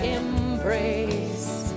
embrace